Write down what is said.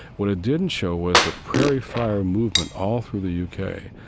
what it didn't show was the prairie fire movement all through the u k.